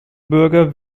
bürger